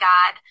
God